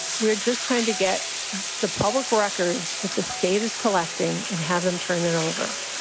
we're just trying to get the public record that the state is collecting and have them turn it over